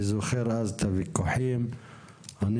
אני זוכר את הוויכוחים שהיו אז,